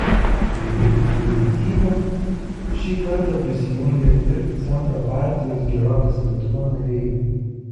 prie vykusių eitynių šį kartą prisijungė ir centro partijos gerovės lietuva nariai